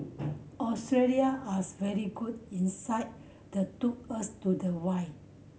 Australia are very good in side the took us to the wire